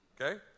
Okay